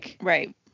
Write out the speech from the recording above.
Right